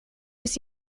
ist